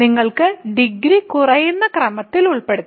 നിങ്ങൾക്ക് ഡിഗ്രി കുറയുന്ന ക്രമത്തിൽ ഉൾപ്പെടുത്താം